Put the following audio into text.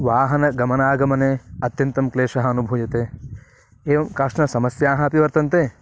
वाहनगमनागमने अत्यन्तं क्लेशः अनुभूयते एवं काश्चन समस्याः अपि वर्तन्ते